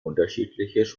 unterschiedliche